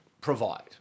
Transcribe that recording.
provide